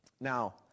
Now